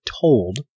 told